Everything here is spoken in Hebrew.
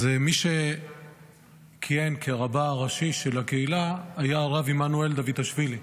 מי שכיהן כרבה הראשי של הקהילה היה הרב עמנואל דוידאשווילי.